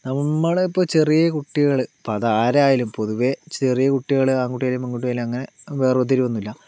നമ്മള് ഇപ്പോൾ ചെറിയ കുട്ടികള് ഇപ്പോൾ അതാരായാലും പൊതുവേ ചെറിയ കുട്ടികള് ആൺകുട്ടിയായാലും പെൺകുട്ടിയായാലും അങ്ങനെ വേർതിരിവൊന്നുമില്ല